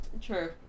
True